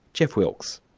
jeff wilks.